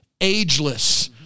ageless